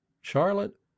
Charlotte